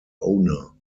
owner